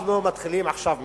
אנחנו מתחילים עכשיו מאפס.